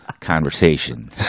conversation